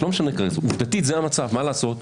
עובדתית זה המצב, מה לעשות?